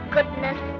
Goodness